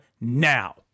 now